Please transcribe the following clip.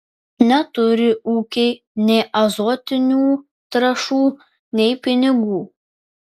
neturi ūkiai nei azotinių trąšų nei pinigų